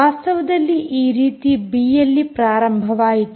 ವಾಸ್ತವದಲ್ಲಿ ಆ ರೀತಿ ಬಿಎಲ್ಈ ಪ್ರಾರಂಭವಾಯಿತು